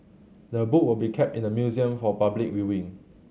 the book will be kept in the museum for public viewing